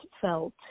felt